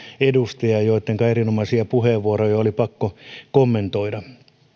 edustajia joittenka erinomaisia puheenvuoroja oli pakko kommentoida